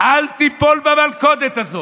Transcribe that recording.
אל תיפול במלכודת הזאת.